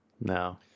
No